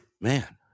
Man